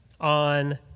on